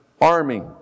army